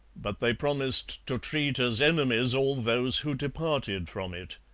but they promised to treat as enemies all those who departed from it.